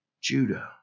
Judah